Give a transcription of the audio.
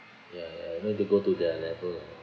ya ya need to go to their level